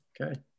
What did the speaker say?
Okay